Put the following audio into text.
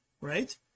right